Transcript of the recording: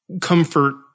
comfort